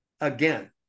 again